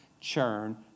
churn